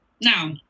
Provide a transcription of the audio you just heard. Now